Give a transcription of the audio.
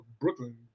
Brooklyn